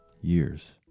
years